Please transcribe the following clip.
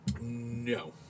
No